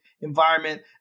environment